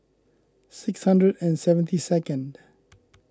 six hundred and seventy second